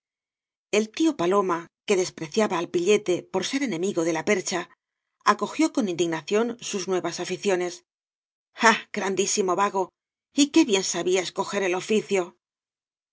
el tío paloma que despreciaba al píllete por ser enemigo de la percha acogió con indignación bus nuevas aficiones ah grandísimo vago y qué bien sabia escoger el